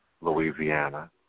Louisiana